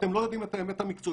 אתם לא יודעים את האמת המקצועית.